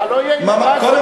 לא יהיה עם 14 מיליון?